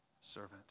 servant